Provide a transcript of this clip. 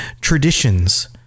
traditions